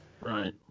Right